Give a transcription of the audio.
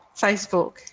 facebook